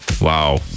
Wow